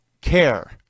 care